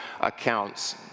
accounts